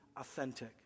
authentic